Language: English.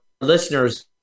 listeners